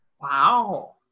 Wow